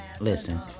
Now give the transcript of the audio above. Listen